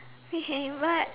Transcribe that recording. we can invite